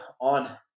on